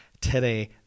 today